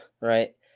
right